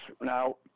Now